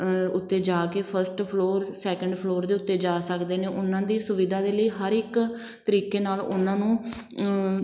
ਉੱਤੇ ਜਾ ਕੇ ਫਸਟ ਫਲੋਰ ਸੈਕੰਡ ਫਲੋਰ ਦੇ ਉੱਤੇ ਜਾ ਸਕਦੇ ਨੇ ਉਹਨਾਂ ਦੀ ਸੁਵਿਧਾ ਦੇ ਲਈ ਹਰ ਇੱਕ ਤਰੀਕੇ ਨਾਲ ਉਹਨਾਂ ਨੂੰ